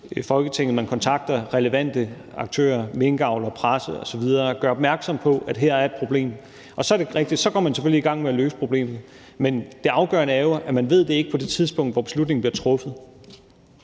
Folketinget. Man kontakter relevante aktører – minkavlere, presse osv. – og gør opmærksom på, at her er et problem. Og så er det rigtigt, at så går man selvfølgelig i gang med at løse problemet. Men det afgørende er jo, at man ikke ved det på det tidspunkt, hvor beslutningen bliver truffet.